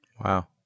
Wow